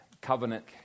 covenant